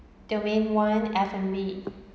domain one f and b